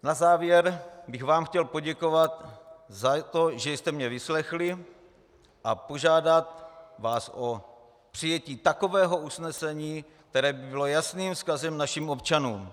Na závěr bych vám chtěl poděkovat za to, že jste mě vyslechli, a požádat vás o přijetí takového usnesení, které by bylo jasným vzkazem našim občanům.